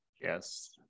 Yes